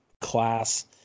class